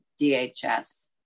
DHS